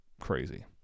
crazy